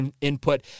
input